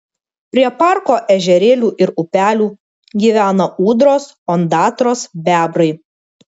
prie parko ežerėlių ir upelių gyvena ūdros ondatros bebrai